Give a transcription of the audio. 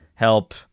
help